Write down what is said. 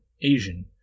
Asian